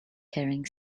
caring